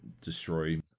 destroy